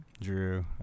Drew